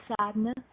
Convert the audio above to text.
sadness